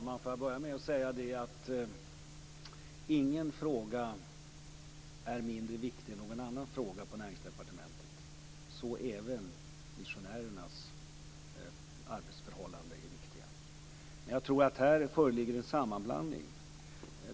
Fru talman! Jag vill först säga att ingen fråga är mindre viktig än någon annan fråga på Näringsdepartementet. Även missionärernas arbetsförhållanden är alltså viktiga. Men jag tror att det här föreligger en sammanblandning.